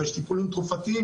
ויש טיפול תרופתי,